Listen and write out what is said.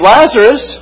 Lazarus